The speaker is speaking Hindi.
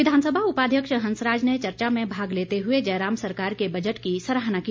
विधानसभा उपाध्यक्ष हंसराज ने चर्चा में भाग लेते हुए जयराम सरकार के बजट की सराहना की